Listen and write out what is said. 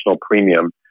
premium